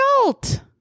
adult